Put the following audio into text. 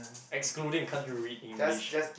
excluding can't you read English